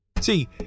See